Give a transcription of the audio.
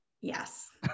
Yes